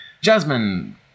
Jasmine